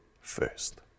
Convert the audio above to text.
first